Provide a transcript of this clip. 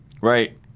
Right